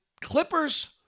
Clippers